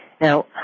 Now